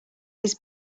his